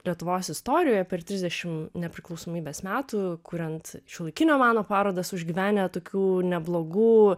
lietuvos istorijoje per trisdešimt nepriklausomybės metų kuriant šiuolaikinio meno parodas užgyvenę tokių neblogų